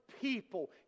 people